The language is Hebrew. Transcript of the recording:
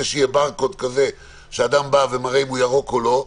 שיהיה ברקוד כזה שאדם מראה אם הוא ירוק או לא,